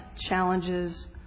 challenges